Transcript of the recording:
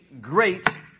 great